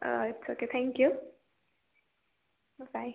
ಹಾಂ it's okay thank you bye